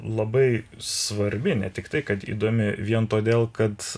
labai svarbi ne tiktai kad įdomi vien todėl kad